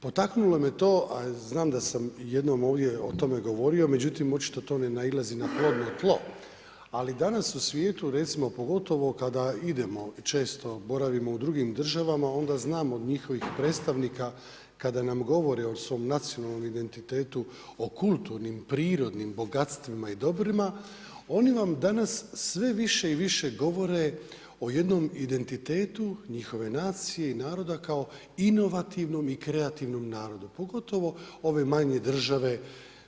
Potaknulo me to a znam da sam jednom o tome ovdje govorio, međutim očito to ne nailazi na plodno tlo ali danas u svijetu recimo pogotovo kada idemo često boravimo u drugim državama onda znamo od njihovih predstavnika kada nam govore o svom nacionalnom identitetu, o kulturnim, prirodnim bogatstvima i dobrima oni vam danas sve više i više govore o jednom identitetu njihove nacije i naroda kao inovativnom i kreativnom narodu, pogotovo ove manje države,